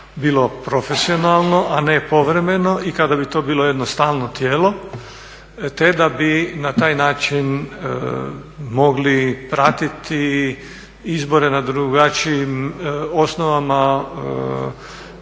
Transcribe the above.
bilo profesionalno a ne povremeno i kada bi to bilo jedno stalno tijelo te da bi na taj način mogli pratiti izbore na drugačijim osnovama